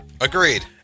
Agreed